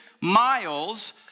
miles